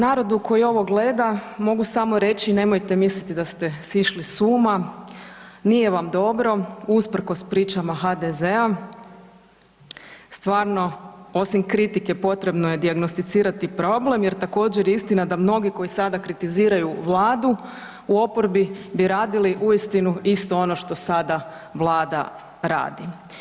Narodu koji ovo gleda, mogu samo reći nemojte misliti da ste sišli s uma, nije vam dobro usprkos pričama HDZ-a, stvarno osim kritike potrebno je dijagnosticirati problem jer također je istina da mnogi koji sada kritiziraju Vladu, u oporbi bi radili uistinu ono što sada Vlada radi.